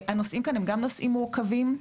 הנושאים כאן הם גם נושאים מורכבים.